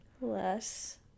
Less